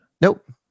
nope